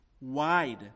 wide